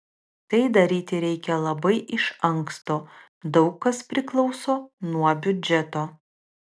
tai daryti reikia labai iš anksto daug kas priklauso nuo biudžeto